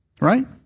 Right